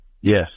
Yes